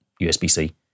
USB-C